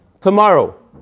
Tomorrow